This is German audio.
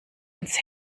uns